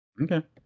Okay